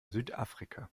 südafrika